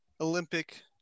Olympic